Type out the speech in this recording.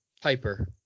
Piper